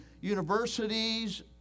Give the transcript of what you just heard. universities